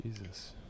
Jesus